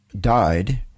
died